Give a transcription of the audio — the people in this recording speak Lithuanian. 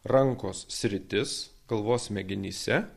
rankos sritis galvos smegenyse